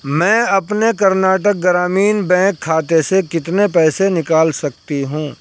میں اپنے کرناٹک گرامین بینک کھاتے سے کتنے پیسے نکال سکتی ہوں